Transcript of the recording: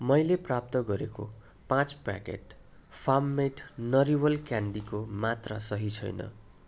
मैले प्राप्त गरेको पाँच प्याकेट फार्म मेड नरिवल क्यान्डीको मात्रा सही छैन